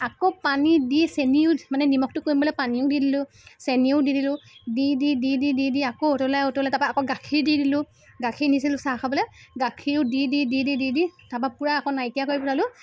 আকৌ পানী দি চেনিও মানে নিমখটো কমিবলৈ পানীও দি দিলোঁ চেনিও দি দিলোঁ দি দি দি দি দি দি আকৌ উতলাই উতলাই তাপা আকৌ গাখীৰ দি দিলোঁ গাখীৰ নিছিলোঁ চাহ খাবলৈ গাখীৰো দি দি দি দি দি দি তাপা পূৰা আকৌ নাইকিয়া কৰি পেলালোঁ